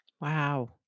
Wow